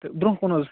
تہٕ برٛۄنٛہہ کُن حظ